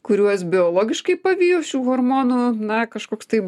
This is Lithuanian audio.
kuriuos biologiškai pavijo šių hormonų na kažkoks tai